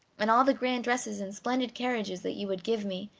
and all the grand dresses and splendid carriages that you would give me,